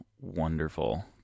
wonderful